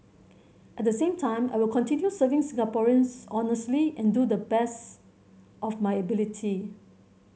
at the same time I will continue serving Singaporeans honestly and to the best of my ability